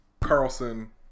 Carlson